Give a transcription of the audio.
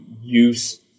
use